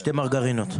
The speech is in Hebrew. שתי מרגרינות.